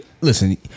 listen